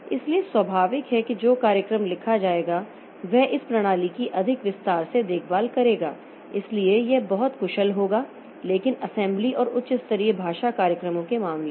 इसलिए स्वाभाविक है कि जो कार्यक्रम लिखा जाएगा वह इस प्रणाली की अधिक विस्तार से देखभाल करेगा इसलिए यह बहुत कुशल होगा लेकिन असेंबली और उच्च स्तरीय भाषा कार्यक्रमों के मामले में